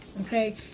okay